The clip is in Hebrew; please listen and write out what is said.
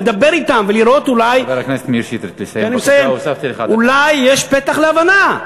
לדבר אתם ולראות אולי יש פתח להבנה.